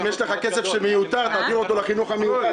זה מלגות לבני מיעוטים רק לאוכלוסייה הבדואית